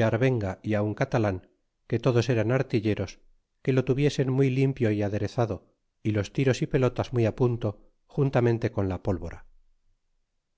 arbenga ti un catalan que todos eran artilleros que lo tuviesen muy limpio y aderezado y los tiros y pelotas muy punto juntamente con la pólvora